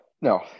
No